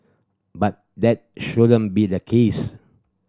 but that shouldn't be the case